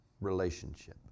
relationship